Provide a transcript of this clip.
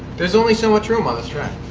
there's only so much room on this track.